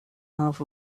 half